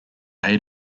eight